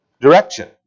direction